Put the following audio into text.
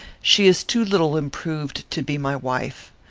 she is too little improved to be my wife.